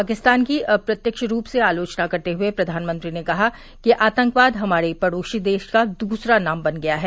पाकिस्तान की अप्रत्यक्ष रूप से आलोचना करते हुए प्रधानमंत्री ने कहा कि आतंकवाद हमारे पड़ोसी देश का दूसरा नाम बन गया है